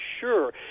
sure